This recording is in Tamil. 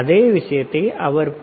அதே விஷயத்தை அவர் பி